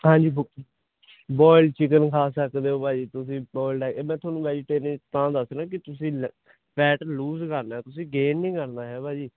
ਹਾਂਜੀ boil chicken ਖਾ ਸਕਦੇ ਹੋ ਭਾਜੀ ਤੁਸੀਂ ਬੋਇਲਡ ਐ ਇਹ ਮੈਂ ਤੁਹਾਨੂੰ ਵੈਜੀਟੇਰਿਅਨ ਤਾਂ ਦੱਸ ਰਿਹਾ ਕਿ ਤੁਸੀਂ ਫੈਟ ਲੂਜ ਕਰਨਾ ਹੈ ਤੁਸੀਂ ਗੇਨ ਨਹੀਂ ਕਰਨਾ ਹੈ ਭਾਜੀ